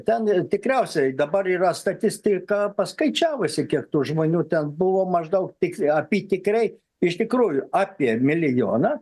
ten tikriausiai dabar yra statistika paskaičiavusi kiek tų žmonių ten buvo maždaug tik apytikriai iš tikrųjų apie milijoną